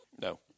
No